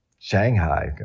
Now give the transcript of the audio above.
Shanghai